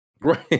Right